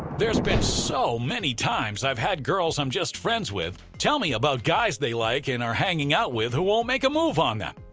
there's been soooo so many times i've had girls i'm just friends with tell me about guys they like and are hanging out with who won't make a move on them.